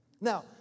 Now